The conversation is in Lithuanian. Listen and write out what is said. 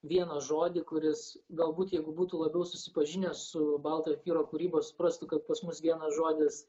vieną žodį kuris galbūt jeigu būtų labiau susipažinęs su baltojo kiro kūryba suprastų kad pas mus vienas žodis